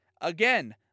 again